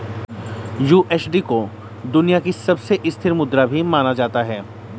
USD को दुनिया की सबसे स्थिर मुद्रा भी माना जाता है